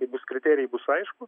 kai bus kriterijai bus aišku